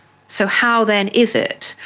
so how then is it?